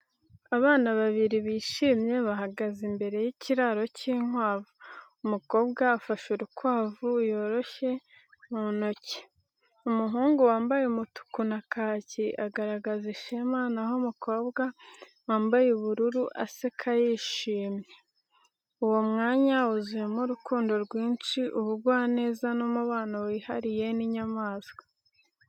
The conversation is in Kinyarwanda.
Abana babiri bishimye bahagaze imbere y’ikiraro cy’inkwavu, umukobwa afashe urukwavu yoroshye mu ntoki. Umuhungu wambaye umutuku na kaki agaragaza ishema, naho umukobwa wambaye ubururu aseka yishimye. Uwo mwanya wuzuyemo urukundo rwinshi, ubugwaneza, n’umubano wihariye n’inyamaswa.